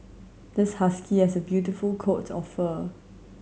this husky has a beautiful coat of fur